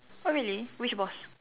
oh really which boss